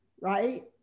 right